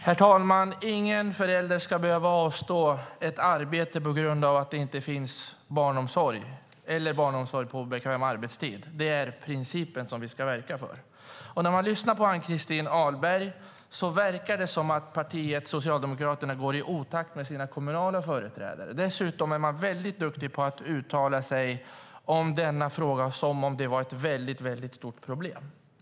Herr talman! Ingen förälder ska behöva avstå ett arbete på grund av att det inte finns barnomsorg eller barnomsorg på obekväm arbetstid. Det är principen som vi ska verka för. När man lyssnar på Ann-Christin Ahlberg verkar det som om partiet Socialdemokraterna går i otakt med sina kommunala företrädare. Dessutom är man väldigt duktig på att uttala sig om denna fråga som om det var ett väldigt stort problem.